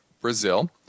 brazil